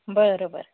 बरं बरं